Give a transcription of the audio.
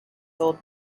old